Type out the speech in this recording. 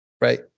right